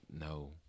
no